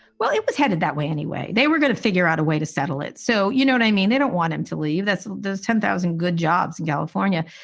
well, it was headed that way anyway. they were going to figure out a way to settle it. so, you know, and i mean, they don't want him to leave. that's ten thousand good jobs in california.